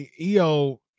EO